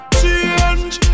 change